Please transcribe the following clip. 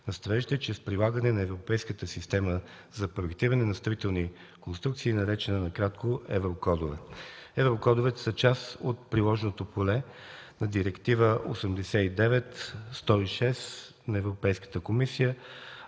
на строежите чрез прилагане на Европейската система за проектиране на строителни конструкции, наречена накратко „Еврокодове“. Еврокодовете са част от приложно поле на Директива 89/106 на Европейската комисия,